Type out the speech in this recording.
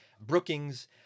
Brookings